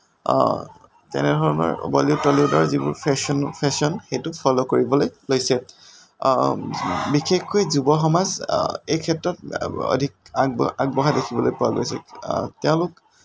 তেনেধৰণৰ বলীউড টলীউডৰ যিবোৰ ফেশ্বন ফেশ্বন সেইটোক ফল' কৰিবলৈ লৈছে বিশেষকৈ যুৱ সমাজ এই ক্ষেত্ৰত অধিক আগবঢ়া আগবঢ়া দেখিবলৈ পোৱা গৈছে তেওঁলোক